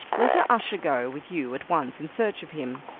let an usher go with you at once in search of him.